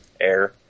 air